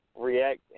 react